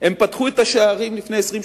הן פתחו את השערים לפני 20,